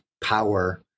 power